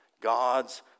God's